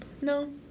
No